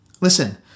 Listen